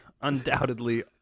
undoubtedly